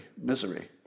Misery